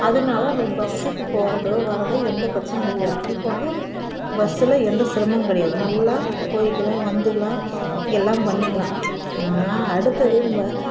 அதனால் ஒரு பஸ்ஸுக்கு போகறதோ வர்றதோ எந்த பிரச்சனையும் கிடையாது இப்போ வந்து பஸ்ஸில் எந்த சிரமமும் கிடையாது நல்லா போயிக்கலாம் வந்துக்கலாம் எல்லாம் பண்ணிக்கலாம் ஆனால் அடுத்தது நம்ப